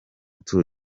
tour